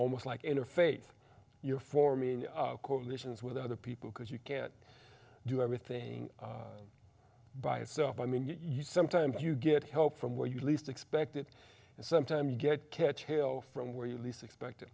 almost like interfaith you're for me and coalitions with other people because you can't do everything by itself i mean you sometimes you get help from where you least expect it and sometimes you get catch hail from where you least expect